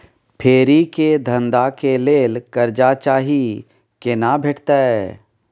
फेरी के धंधा के लेल कर्जा चाही केना भेटतै?